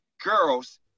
girls